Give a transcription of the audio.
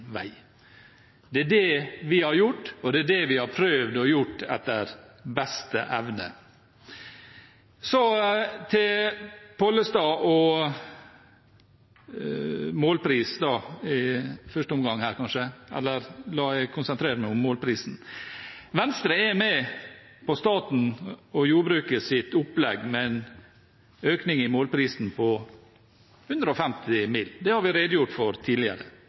vei. Det er det vi har gjort, og det er det vi har prøvd å gjøre etter beste evne. Så til representanten Pollestad. Jeg vil konsentrere meg om målprisen. Venstre er med på statens og jordbrukets opplegg med en økning i målprisen på 150 mill. kr. Det har vi redegjort for tidligere.